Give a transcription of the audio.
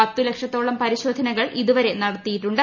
പത്ത് ലക്ഷത്തോളം പരിശോധനകൾ ഇതുവരെ നടത്തിയിട്ടുണ്ട്